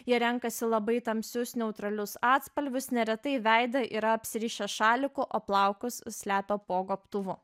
jie renkasi labai tamsius neutralius atspalvius neretai veidą yra apsirišę šaliku o plaukus slepia po gobtuvu